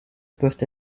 peuvent